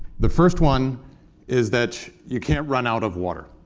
the first one is that you can't run out of water.